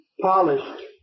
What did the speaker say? polished